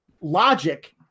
logic